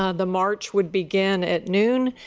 ah the march would begin at noon.